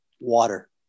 water